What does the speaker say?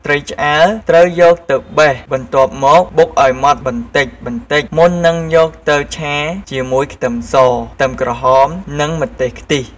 ត្រីឆ្អើរ ត្រូវយកទៅបេះបន្ទាប់មកបុកឱ្យម៉ត់បន្តិចៗ មុននឹងយកទៅឆាជាមួយខ្ទឹមស ខ្ទឹមក្រហម និងម្ទេសខ្ទិះ។